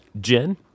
Jen